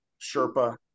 Sherpa